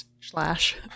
slash